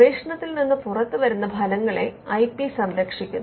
ഗവേഷണത്തിൽ നിന്ന് പുറത്തുവരുന്ന ഫലങ്ങളെ ഐ പി സംരക്ഷിക്കുന്നു